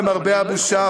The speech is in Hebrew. למרבה הבושה,